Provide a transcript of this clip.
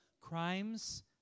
Crimes